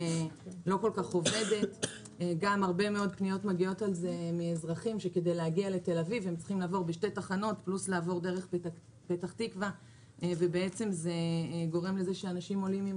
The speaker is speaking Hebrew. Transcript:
כדי להגיע לתחנת הרכבת אתה צריך להיות רץ מרתון או להגיע עם